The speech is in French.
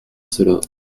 cela